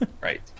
Right